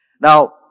Now